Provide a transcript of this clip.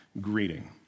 greeting